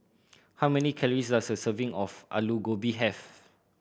how many calories does a serving of Alu Gobi have